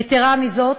יתרה מזאת,